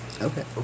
Okay